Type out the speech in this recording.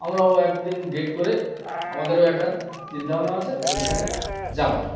আমরাও একদিন ডেট করে আমাদেরও একটা চিন্তাভাবনা আছে ওইখানে যাওয়ার